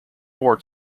more